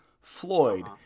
Floyd